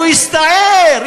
הוא הסתער,